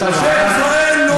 או, אל תפריעי, תעשי לי טובה.